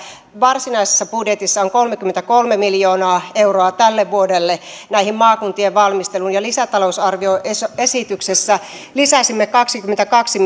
varsinaisessa budjetissa on kolmekymmentäkolme miljoonaa euroa tälle vuodelle näihin maakuntien valmisteluihin ja lisätalousarvioesityksessä lisäsimme kaksikymmentäkaksi